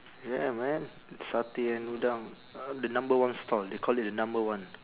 ya man eat satay and udang uh the number one stall they call it the number one